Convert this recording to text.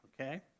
okay